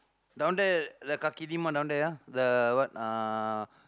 down there the kaki-timah down there ah the what uh